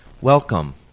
Welcome